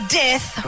death